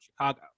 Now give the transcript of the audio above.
Chicago